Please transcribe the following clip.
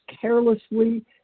carelessly